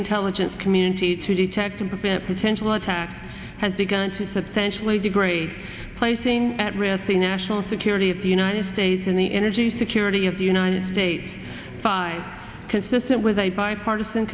intelligence community to detect a bit potential attack has begun to substantially degrade placing at risk the national security of the united states in the energy security of the united states five consistent with a bipartisan